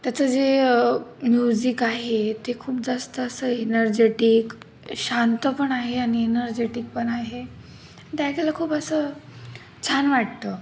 त्याचं जे म्युझिक आहे ते खूप जास्त असं एनर्जेटिक शांत पण आहे आणि एनर्जेटिक पण आहे ते ऐकायला खूप असं छान वाटतं